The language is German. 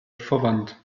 verwandt